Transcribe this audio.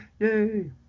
Yay